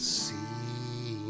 see